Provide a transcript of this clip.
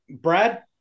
Brad